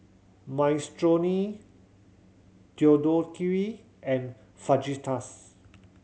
Minestrone Deodeok Gui and Fajitas